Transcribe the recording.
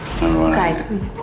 Guys